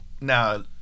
Now